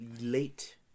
late